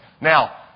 Now